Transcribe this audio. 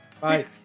Bye